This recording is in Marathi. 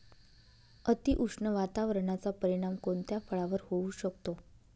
अतिउष्ण वातावरणाचा परिणाम कोणत्या फळावर होऊ शकतो?